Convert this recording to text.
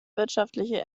wirtschaftliche